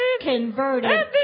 converted